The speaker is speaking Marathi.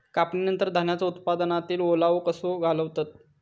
कापणीनंतर धान्यांचो उत्पादनातील ओलावो कसो घालवतत?